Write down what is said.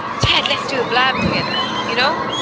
ted let's do a blab together. you know?